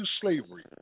slavery